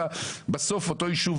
בסוף אותו יישוב,